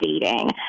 dating